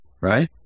right